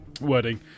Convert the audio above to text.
wording